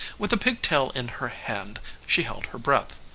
with the pigtail in her hand she held her breath.